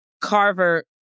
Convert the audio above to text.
Carver